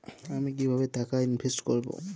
আমি কিভাবে টাকা ইনভেস্ট করব?